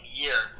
year